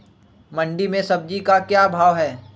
मंडी में सब्जी का क्या भाव हैँ?